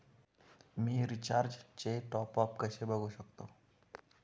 मी रिचार्जचे टॉपअप कसे बघू शकतो?